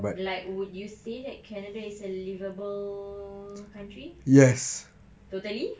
like would you say that canada is a livable country totally